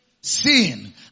sin